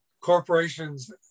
corporations